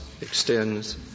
extends